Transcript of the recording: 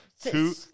two